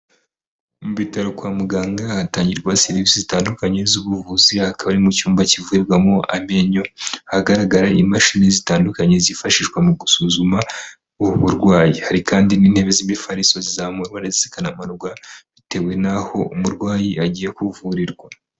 Mu bitaro kwa muganga hatangirwa serivisi zitandukanye z'ubuvuzi hakaba ari mu cyumba kivurwamowo amenyo, hagaragara imashini zitandukanye zifashishwa mu gusuzuma ubu burwayi. Hari kandi n'intebe z'imifariso zizamurwa ndetse zikanamanurwa bitewe n'aho umurwayi agiye kuvurirwa.